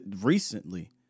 recently